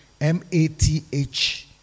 M-A-T-H